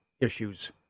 issues